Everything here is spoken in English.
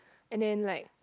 and then like